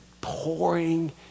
pouring